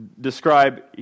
describe